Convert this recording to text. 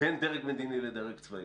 בין דרג מדיני לדרג צבאי.